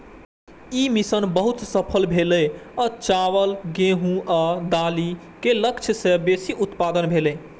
ई mission बहुत सफल भेलै आ चावल, गेहूं आ दालि के लक्ष्य सं बेसी उत्पादन भेलै